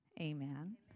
Amen